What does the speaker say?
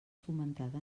fomentada